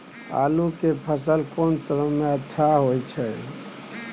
आलू के फसल कोन समय में अच्छा होय छै?